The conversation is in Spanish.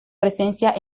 presencia